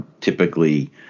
typically